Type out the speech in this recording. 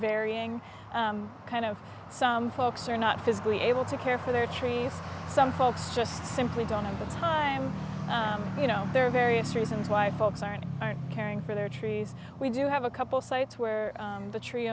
varying kind of some folks are not physically able to care for their trees some folks just simply don't have the time you know there are various reasons why folks aren't caring for their trees we do have a couple sites where the tree